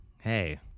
hey